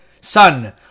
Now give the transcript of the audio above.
son